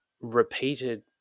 repeated